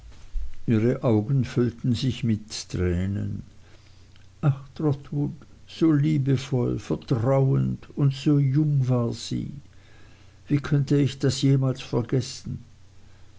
ihre augen füllten sich mit tränen ach trotwood so liebevoll vertrauend und so jung war sie wie könnte ich das jemals vergessen